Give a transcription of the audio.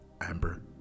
Amber